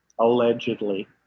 allegedly